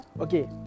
okay